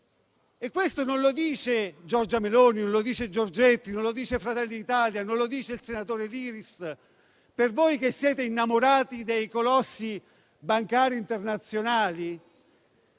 E questo non lo dice Giorgia Meloni, non lo dice Giorgetti, non lo dice Fratelli d'Italia e non lo dice il senatore Liris. Per voi che siete innamorati dei colossi bancari internazionali,